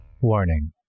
Warning